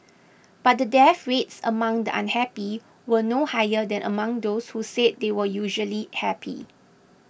but the death rates among the unhappy were no higher than among those who said they were usually happy